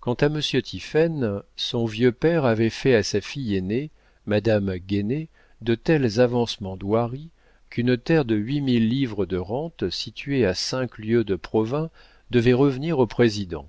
quant à monsieur tiphaine son vieux père avait fait à sa fille aînée madame guénée de tels avancements d'hoirie qu'une terre de huit mille livres de rente située à cinq lieues de provins devait revenir au président